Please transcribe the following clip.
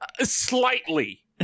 slightly